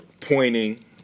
pointing